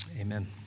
Amen